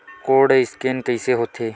Code scan कइसे होथे?